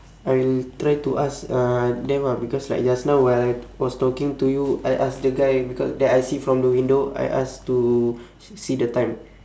I will try to ask uh them ah because like just now when I was talking to you I ask the guy because that I see from the window I ask to s~ see the time